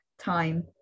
time